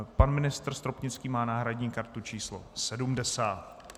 Pan ministr Stropnický má náhradní kartu číslo 70.